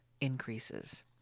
increases